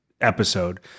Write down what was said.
episode